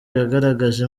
yagaragaje